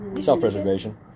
Self-preservation